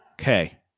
Okay